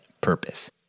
purpose